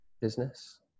business